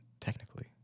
technically